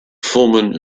foreman